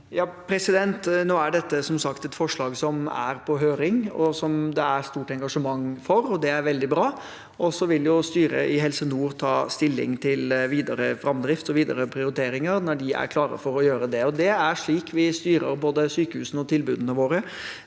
Dette er som sagt et forslag som er på høring, og som det er stort engasjement for, og det er veldig bra. Styret i Helse nord vil ta stilling til videre framdrift og videre prioriteringer når de er klar for å gjøre det. Det er slik vi styrer både sykehusene og tilbudene våre.